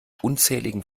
unzähligen